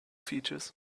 features